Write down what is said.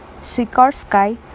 Sikorsky